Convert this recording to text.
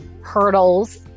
hurdles